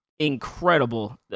incredible